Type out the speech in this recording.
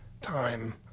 time